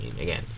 Again